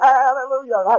Hallelujah